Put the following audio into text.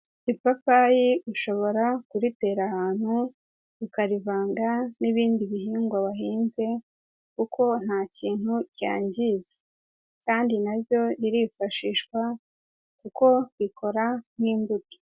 Ipapayi ushobora kuritera ahantu ukarivanga n'ibindi bihingwa wahinze, kuko nta kintu ryangiza kandi na ryo ririfashishwa kuko rikora nk'imbuto.